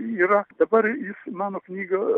yra dabar jūs mano knygą